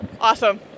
Awesome